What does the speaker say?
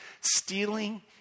stealing